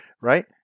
right